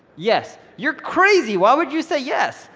yes? you're crazy! why would you say yes,